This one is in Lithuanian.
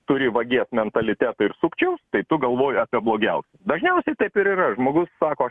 turi vagies mentalitetą ir sukčiaus tai tu galvoji apie blogiausią dažniausiai taip ir yra žmogus sako aš